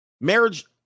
Marriage